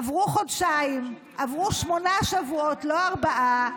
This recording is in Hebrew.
עברו חודשיים, עברו שמונה שבועות, לא ארבעה.